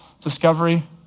discovery